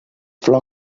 flor